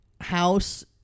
house